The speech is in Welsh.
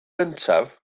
gyntaf